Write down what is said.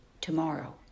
tomorrow